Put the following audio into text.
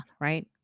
right